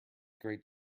great